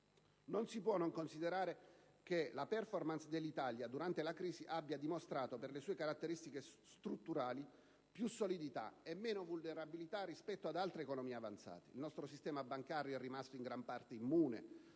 Non si può non considerare che la *performance* dell'Italia durante la crisi abbia dimostrato, per le sue caratteristiche strutturali, più solidità e meno vulnerabilità rispetto ad altre economie avanzate; il nostro sistema bancario è rimasto in gran parte immune